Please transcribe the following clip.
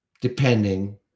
Depending